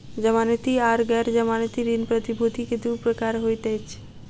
जमानती आर गैर जमानती ऋण प्रतिभूति के दू प्रकार होइत अछि